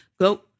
go